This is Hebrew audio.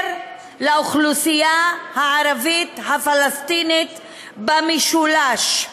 לאוכלוסייה הערבית הפלסטינית במשולש.